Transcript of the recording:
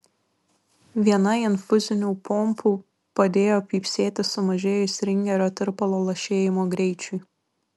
viena infuzinių pompų padėjo pypsėti sumažėjus ringerio tirpalo lašėjimo greičiui